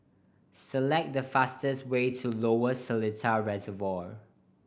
select the fastest way to Lower Seletar Reservoir